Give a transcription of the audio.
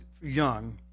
young